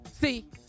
See